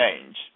change